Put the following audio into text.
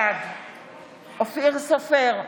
בעד אופיר סופר,